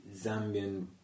Zambian